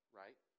right